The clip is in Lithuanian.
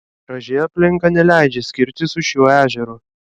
graži aplinka neleidžia skirtis su šiuo ežeru